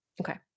okay